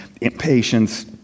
impatience